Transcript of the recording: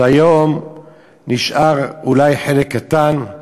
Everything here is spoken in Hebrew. והיום נשאר אולי חלק קטן.